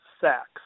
sacks